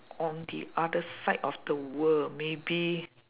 on the other side of the world maybe